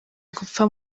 gupfa